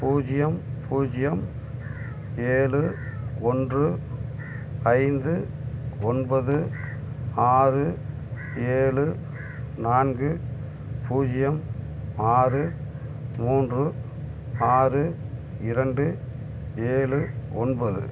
பூஜ்ஜியம் பூஜ்ஜியம் ஏழு ஒன்று ஐந்து ஒன்பது ஆறு ஏழு நான்கு பூஜ்ஜியம் ஆறு மூன்று ஆறு இரண்டு ஏழு ஒன்பது